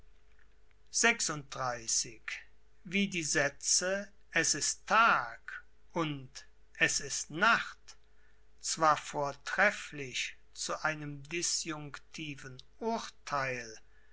die sätze es ist tag und es ist nacht zwar vortrefflich zu einem disjunktiven urtheil